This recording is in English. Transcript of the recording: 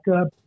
up